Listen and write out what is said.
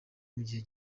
mugihe